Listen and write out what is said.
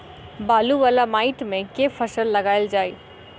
बालू वला माटि मे केँ फसल लगाएल जाए?